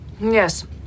Yes